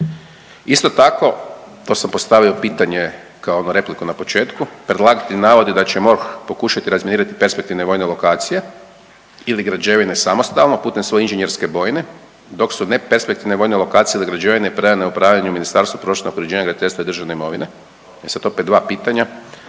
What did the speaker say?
Isto tako, to sam postavio pitanje kao repliku na početku predlagatelj navodi da će MORH pokušati razminirati perspektivne vojne lokacije ili građevine samostalno putem svoje inženjerske bojne dok su neperspektivne vojne lokacije ili građevine predane na upravljanje Ministarstvu prostornog uređenja, graditeljstva i državne imovine. E sad opet dva pitanja.